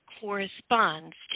corresponds